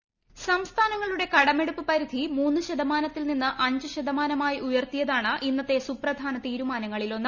voice സംസ്ഥാനങ്ങളുടെ കടമെടുപ്പ് പരിശ്യാ മൂന്ന് ശതമാനത്തിൽ നിന്ന് അഞ്ച് ശതമാനമായി ഉയർത്തിയത്താണ് ഇന്നത്തെ സുപ്രധാന തീരുമാനങ്ങളിൽ ഒന്ന്